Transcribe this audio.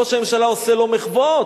ראש הממשלה עושה לו מחוות,